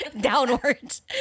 downwards